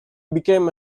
became